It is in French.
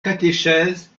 catéchèse